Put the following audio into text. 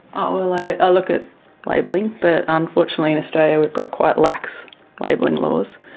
ah well, i ah look at labelling, but unfortunately in australia we've got quite lax labelling laws.